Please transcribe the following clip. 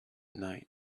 night